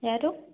ಯಾರು